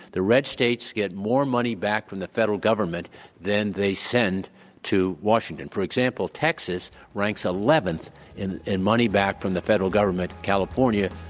the red states get more money back from the federal government than they send to washington. for example, texas ranks eleventh in and money back from the federal government, california,